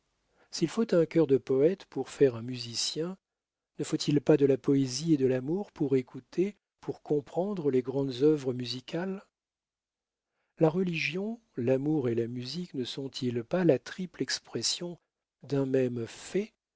s'il faut un cœur de poète pour faire un musicien ne faut-il pas de la poésie et de l'amour pour écouter pour comprendre les grandes œuvres musicales la religion l'amour et la musique ne sont-ils pas la triple expression d'un même fait